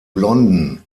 blonden